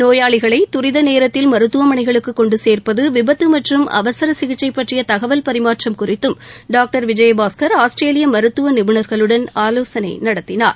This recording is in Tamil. நோயாளிகளை தரித நேரத்தில் மருத்துவமனைகளுக்கு கொண்டு கோப்பது விபத்து மற்றும் அவசர சிகிச்சை பற்றிய தகவல் பரிமாற்றம் குறித்தும் டாக்டர் விஜயபாஸ்கர் ஆஸ்திரேலிய மருத்துவ நிபுணர்களுடன் ஆலோசனை நடத்தினார்